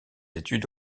études